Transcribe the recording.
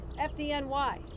FDNY